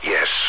Yes